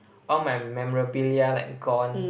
all my memorabilia like gone